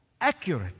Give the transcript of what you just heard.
accurate